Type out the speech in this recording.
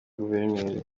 guverineri